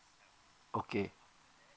okay